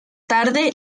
tarde